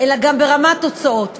אלא גם ברמת תוצאות.